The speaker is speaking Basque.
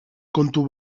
kontu